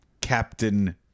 Captain